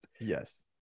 yes